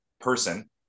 person